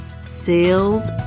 sales